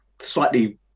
slightly